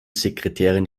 sekretärin